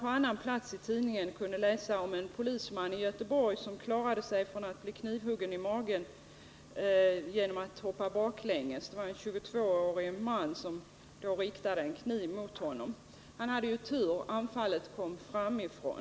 På annan platsi tidningen kunde man läsa om en polisman i Göteborg som klarade sig i från att bli knivhuggen i magen genom att hoppa baklänges. En 22-årig man riktade en kniv mot honom, men han hade tur: anfallet kom framifrån.